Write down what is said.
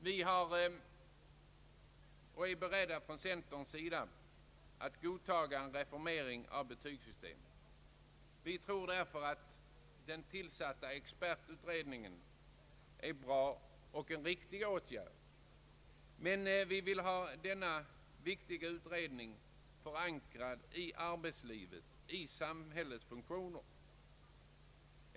Vi är från centerns sida beredda att godtaga en reformering av betygssystemet. Vi tror därför att tillsättandet av expertutredningen var en riktig åtgärd, men vi vill ha denna viktiga utredning förankrad i arbetslivet, i samhällets funktioner.